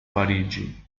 parigi